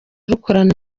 rukorana